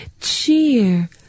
cheer